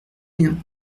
bien